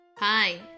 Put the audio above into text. Hi